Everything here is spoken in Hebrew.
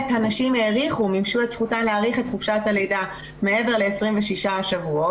הנשים מימשו את זכותן להאריך את חופשת הלידה מעבר ל-26 שבועות,